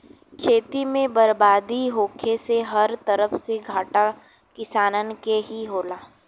खेती में बरबादी होखे से हर तरफ से घाटा किसानन के ही होला